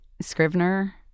Scrivener